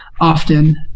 Often